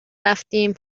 رفتیم